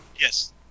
Yes